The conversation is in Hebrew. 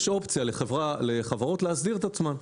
יש אופציה לחברות להסדיר את עצמן.